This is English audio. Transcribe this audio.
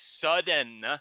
sudden